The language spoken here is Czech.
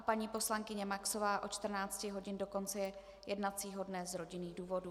Paní poslankyně Maxová od 14 hodin do konce jednacího dne z rodinných důvodů.